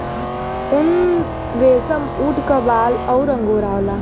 उनरेसमऊट क बाल अउर अंगोरा होला